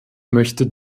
möchte